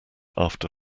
after